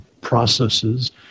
processes